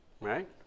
Right